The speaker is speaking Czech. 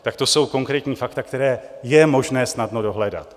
Tak to jsou konkrétní fakta, která je možné snadno dohledat.